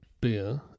beer